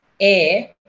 air